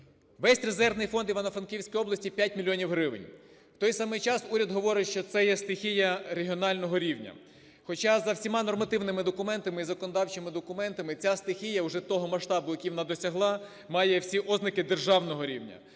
Весь резервний фонд Івано-Франківської області – 5 мільйонів гривень. В той самий час уряд говорить, що це є стихія регіонального рівня, хоча за всіма нормативними документами і законодавчими документами ця стихія вже того масштабу, який вона досягла, має всі ознаки державного рівня.